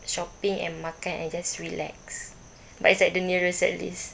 shopping and makan and just relax but it's like the nearest at least